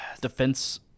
defense